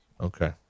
Okay